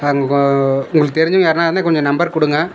உங்களுக்கு தெரிஞ்சவங்க யார்னால் இருந்தால் கொஞ்சம் நம்பர் கொடுங்க